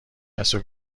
کسب